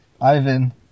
Ivan